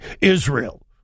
Israel